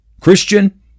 Christian